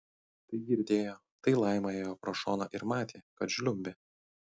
tai girdėjo tai laima ėjo pro šoną ir matė kad žliumbė